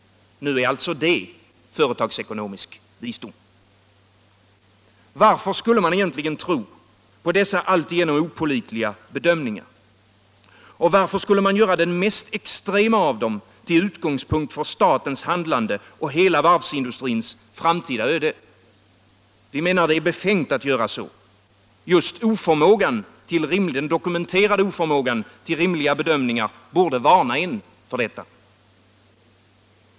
Nu är alltså det företagsekonomisk visdom. Varför skulle man egentligen tro på dessa alltigenom opålitliga bedömningar? Och varför skulle man göra den mest extrema av dem till utgångspunkt för statens handlande och hela varvsindustrins framtida öde? Vi menar att det är befängt att göra så. Just den dokumenterade oförmågan att göra rimliga bedömningar borde varna för det.